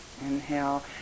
inhale